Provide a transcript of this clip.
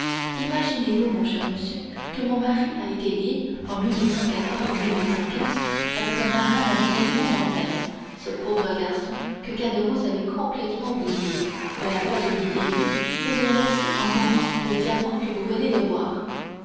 imaginez-vous mon cher monsieur que mon mari a été lié en avec un marin nommé edmond dantès ce pauvre garçon que caderousse avait complètement oublié ne l'a pas oublié lui et lui a laissé en mourant le diamant que vous venez de voir